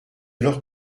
leur